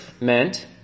meant